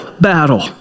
battle